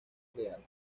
real